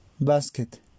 Basket